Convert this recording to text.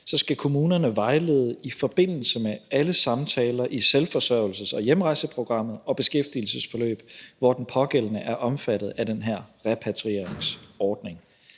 skal kommunerne vejlede i forbindelse med alle samtaler i selvforsørgelses- og hjemrejseprogrammet og beskæftigelsesforløb, hvor den pågældende er omfattet af den her repatrieringsordning.